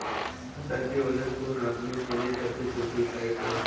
फसल के वजन को नापने के लिए सबसे छोटी इकाई क्या है?